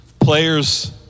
players